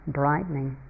brightening